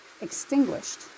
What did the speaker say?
extinguished